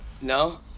No